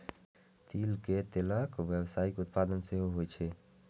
तिल के तेलक व्यावसायिक उत्पादन सेहो होइ छै